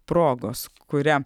progos kuria